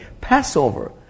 Passover